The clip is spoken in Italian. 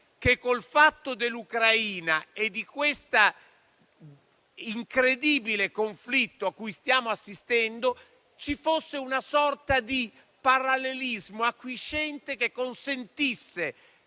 che, con il fatto dell'Ucraina e dell'incredibile conflitto a cui stiamo assistendo, ci fosse una sorta di parallelismo acquiescente che consenta